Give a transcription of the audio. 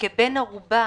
כבן ערובה